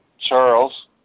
Charles